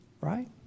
right